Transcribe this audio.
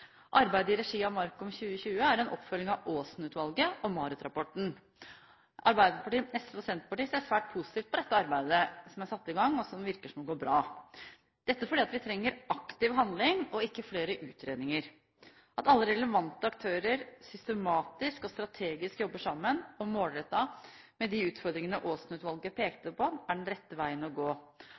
Arbeidet i regi av MARKOM2020 er en oppfølging av Aasen-utvalget og MARUT-rapporten. Arbeiderpartiet, SV og Senterpartiet ser svært positivt på det arbeidet som er satt i gang, dette fordi vi trenger aktiv handling, ikke flere utredninger, og det virker som om arbeidet går bra. At alle relevante aktører systematisk og strategisk jobber sammen og målrettet med de utfordringene Aasen-utvalget pekte på, er den rette veien å gå.